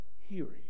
Hearing